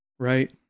Right